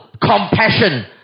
compassion